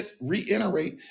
Reiterate